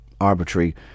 arbitrary